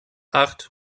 acht